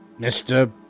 Mr